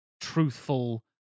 truthful